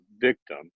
victim